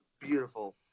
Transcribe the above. beautiful